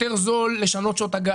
זול יותר לשנות שעות הגעה.